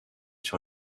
sur